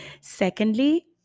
Secondly